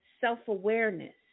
self-awareness